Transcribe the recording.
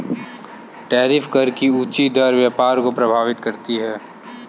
tariff कर की ऊँची दर व्यापार को प्रभावित करती है